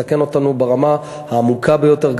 מסכן אותנו ברמה העמוקה ביותר,